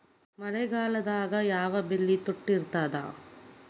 ಮಳೆಗಾಲದಾಗ ಯಾವ ಬೆಳಿ ತುಟ್ಟಿ ಇರ್ತದ?